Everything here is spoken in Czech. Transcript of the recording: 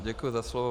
Děkuji za slovo.